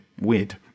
weird